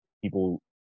people